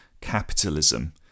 capitalism